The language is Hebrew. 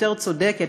יותר צודקת.